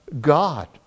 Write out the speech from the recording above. God